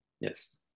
Yes